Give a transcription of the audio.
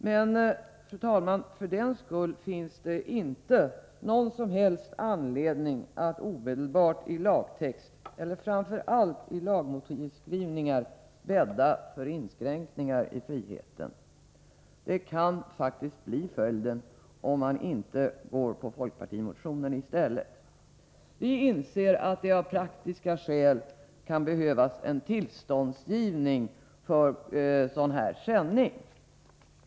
Men, fru talman, för den skull finns det inte någon som helst anledning att omedelbart i lagtext eller framför allt i lagmotivskrivningar bädda för inskränkningar i friheten. Det kan faktiskt bli följden om man inte väljer folkpartimotionens linje. Vi inser att det av praktiska skäl kan behövas en tillståndsgivning för en sådan här sändning.